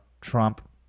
trump